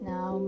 Now